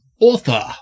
author